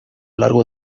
largo